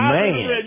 Man